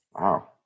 Wow